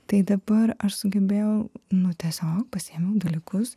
tai dabar aš sugebėjau nu tiesiog pasiėmiau dalykus